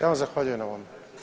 Ja vam zahvaljujem na ovome.